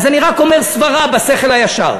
אז אני רק אומר סברה בשכל הישר,